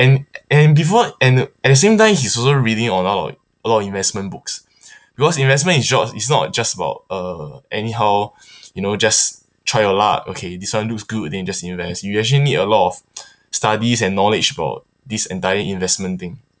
and before and at the same time he's also reading a lot of a lot of investment books because investment his job it's not just about uh anyhow you know just try your luck okay this one looks good then you just invest you actually need a lot of studies and knowledge about this entire investment thing